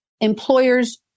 employers